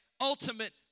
ultimate